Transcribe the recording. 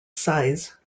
size